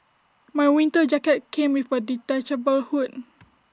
my winter jacket came with A detachable hood